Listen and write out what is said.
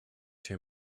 too